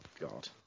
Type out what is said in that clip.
God